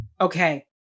okay